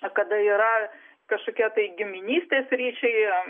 kada yra kažkokie tai giminystės ryšiai